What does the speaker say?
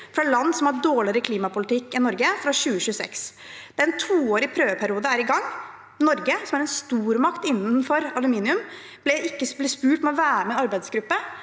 fra land som har dårligere klimapolitikk enn Norge. En toårig prøveperiode er i gang. Norge, som er en stormakt innenfor aluminium, ble spurt om å være med i en arbeidsgruppe,